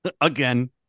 Again